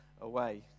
away